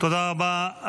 תודה רבה.